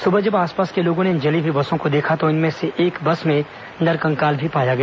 सुबह जब आसपास के लोगों ने इन जली हई बसों को देखा तो इनमें से एक बस में नरकंकाल भी पाया गया